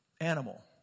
animal